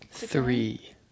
three